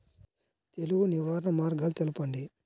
తెగులు నివారణ మార్గాలు తెలపండి?